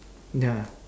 ya